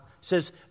says